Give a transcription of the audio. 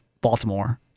Baltimore